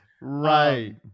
Right